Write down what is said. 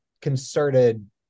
concerted